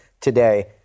today